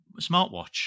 smartwatch